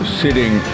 sitting